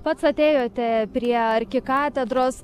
pats atėjote prie arkikatedros